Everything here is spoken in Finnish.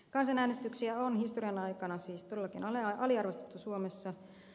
kansanäänestyksiä on historian aikana siis todellakin aliarvostettu suomessa